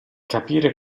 capire